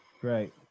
Great